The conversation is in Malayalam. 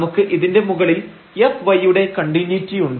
നമുക്ക് ഇതിന്റെ മുകളിൽ fy യുടെ കണ്ടിന്യൂയിറ്റിയുണ്ട്